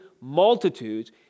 multitudes